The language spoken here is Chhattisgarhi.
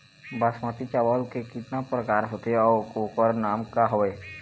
बासमती चावल के कतना प्रकार होथे अउ ओकर नाम क हवे?